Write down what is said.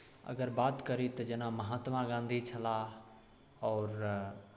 अगर बात करी तऽ जेना महात्मा गाँधी छलाह आओर